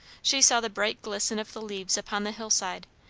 she saw the bright glisten of the leaves upon the hillside,